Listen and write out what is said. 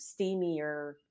steamier